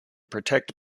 protect